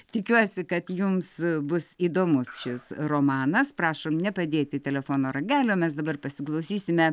tikiuosi kad jums bus įdomus šis romanas prašom nepadėti telefono ragelio mes dabar pasiklausysime